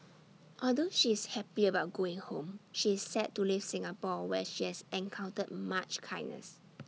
although she is happy about going home she is sad to leave Singapore where she has encountered much kindness